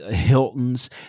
hilton's